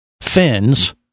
fins